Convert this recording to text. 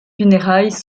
funérailles